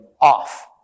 off